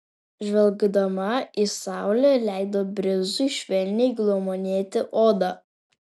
žvelgdama į saulę leido brizui švelniai glamonėti odą